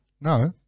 No